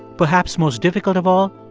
perhaps most difficult of all,